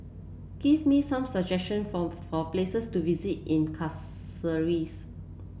give me some suggestion for for places to visit in Castries